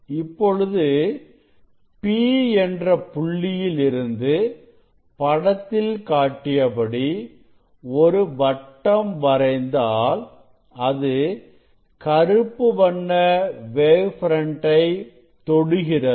இப்பொழுது P என்ற புள்ளியில் இருந்து படத்தில் காட்டியபடி ஒரு வட்டம் வரைந்தால் அது கருப்பு வண்ண வேவ் ஃப்ரண்ட்டை தொடுகிறது